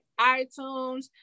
iTunes